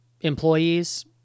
employees